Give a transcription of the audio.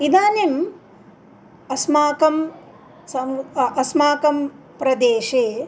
इदानीम् अस्माकं सम् अस्माकं प्रदेशे